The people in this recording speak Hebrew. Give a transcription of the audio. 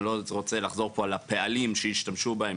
אני לא רוצה לחזור פה על הפעלים שהשתמשו בהם